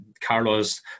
Carlo's